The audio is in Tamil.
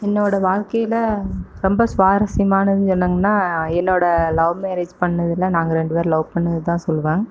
என்னோடய வாழ்க்கையில் ரொம்ப சுவாரஸ்யமானது என்னங்கன்னால் என்னோடய லவ் மேரேஜ் பண்ணதில் நாங்கள் ரெண்டுப் பேரும் லவ் பண்ணிணது தான் சொல்லுவேன்